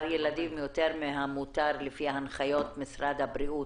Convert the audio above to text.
ילדים מעל מה שמותר בהנחיות משרד הבריאות?